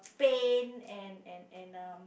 pain and and and um